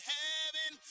heaven